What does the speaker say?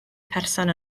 person